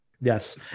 Yes